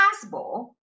possible